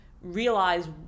realize